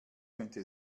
könnte